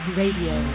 radio